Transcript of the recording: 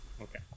Okay